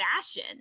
fashion